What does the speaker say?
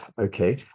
okay